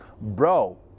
bro